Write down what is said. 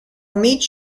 meet